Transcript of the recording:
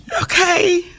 Okay